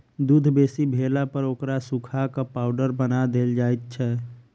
दूध बेसी भेलापर ओकरा सुखा क पाउडर बना देल जाइत छै